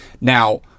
Now